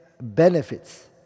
benefits